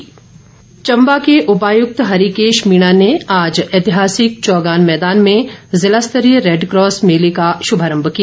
red cross Chamba के उपायुक्त हरिकेश मीणा ने आज ऐतिहासिक चौगान मैदान में जिला स्तरीय रैडकॉस मेले का शुभारंभ किया